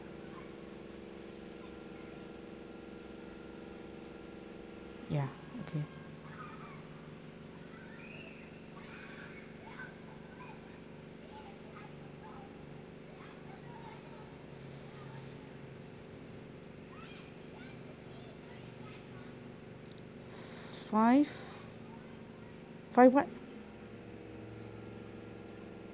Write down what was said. ya okay five five what